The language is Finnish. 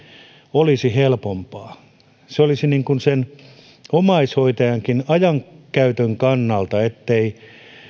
olisi helpompaa se olisi tarpeen sen omaishoitajankin ajankäytön kannalta ettei